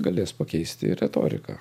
galės pakeisti ir retoriką